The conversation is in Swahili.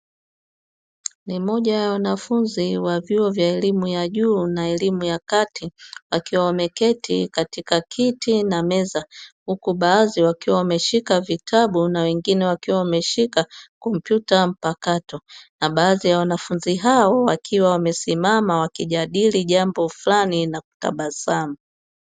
Ni moja ya wanafunzi wa vyuo vya elimu ya juu na elimu ya kati wakiwa wameketi katika kiti na meza, huku baadhi wakiwa wameshika vitabu na wengine wakiwa wameshika kompyuta mpakato; na baadhi ya wanafunzi hao wakiwa wamesimama wakijadili jambo fulani na kutabasamu.